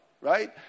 right